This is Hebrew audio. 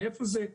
מאיפה זה?